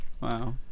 Wow